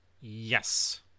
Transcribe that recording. yes